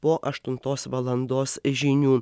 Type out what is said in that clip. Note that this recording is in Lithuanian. po aštuntos valandos žinių